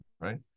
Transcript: Right